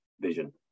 vision